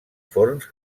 forns